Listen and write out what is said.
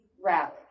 rally